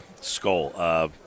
Skull –